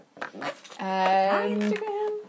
Instagram